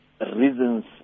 reasons